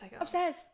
upstairs